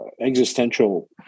existential